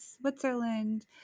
Switzerland